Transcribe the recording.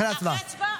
אחרי ההצבעה?